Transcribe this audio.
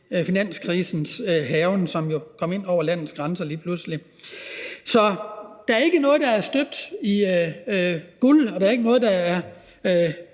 finanskrisens hærgen, som jo lige pludselig kom ind over landets grænser. Så der er ikke noget, der sådan er støbt i guld, og der er ikke noget, der er